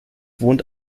wohnt